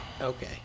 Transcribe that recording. Okay